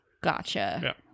Gotcha